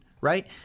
right